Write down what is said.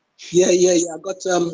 yeah yeah yeah, but